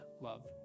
love